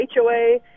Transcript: hoa